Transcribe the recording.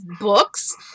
books